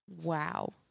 Wow